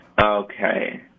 Okay